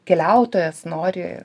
keliautojas nori